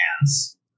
hands